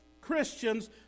Christians